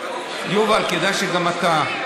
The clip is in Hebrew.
יובל, יובל, כדאי שגם אתה.